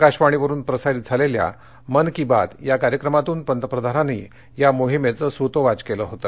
आकाशवाणीवरुन प्रसारित झालेल्या मन की बात या कार्यक्रमातून पंतप्रधानांनी या मोहीमेचं सूतोवाच केलं होतं